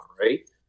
right